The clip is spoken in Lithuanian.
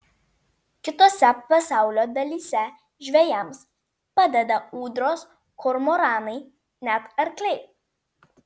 kitose pasaulio dalyse žvejams padeda ūdros kormoranai net arkliai